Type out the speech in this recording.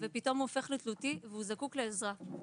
שפתאום הופך לתלותי וזקוק לעזרה.